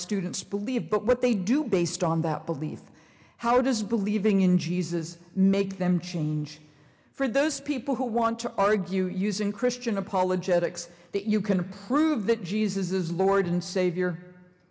students believe but what they do based on that belief how does believing in jesus make them change for those people who want to argue using christian apologetics that you can prove that jesus is lord and savior